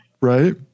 Right